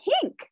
pink